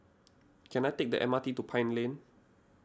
can I take the M R T to Pine Lane